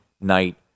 night